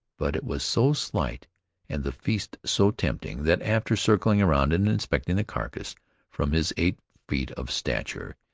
but it was so slight and the feast so tempting that after circling around and inspecting the carcass from his eight feet of stature,